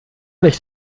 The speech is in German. nicht